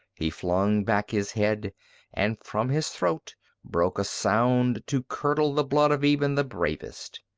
he flung back his head and from his throat broke a sound to curdle the blood of even the bravest.